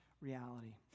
reality